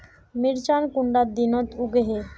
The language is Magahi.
मिर्चान कुंडा दिनोत उगैहे?